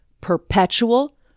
perpetual